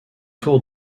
tour